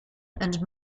and